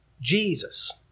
Jesus